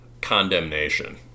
condemnation